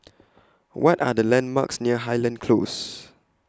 What Are The landmarks near Highland Close